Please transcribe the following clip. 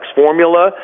formula